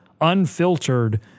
unfiltered